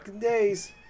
days